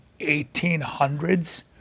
1800s